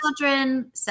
children